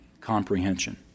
comprehension